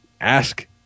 ask